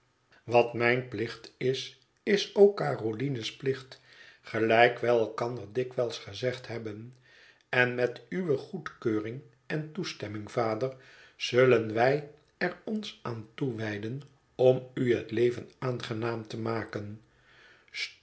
wat mijn plicht is is ook caroline's plicht gelijk wij elkander dikwijls gezegd hebben en met uwe goedkeuring en toestemming vader zullen wij er ons aan toewijden om u het leven aangenaam te maken